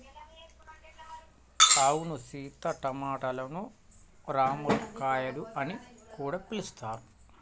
అవును సీత టమాటలను రామ్ములక్కాయాలు అని కూడా పిలుస్తారు